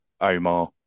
Omar